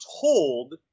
told